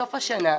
בסוף השנה,